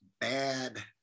bad